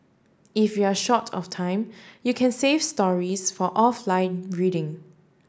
if you are short of time you can save stories for offline reading